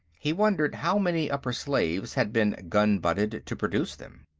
he wondered how many upper-slaves had been gunbutted to produce them.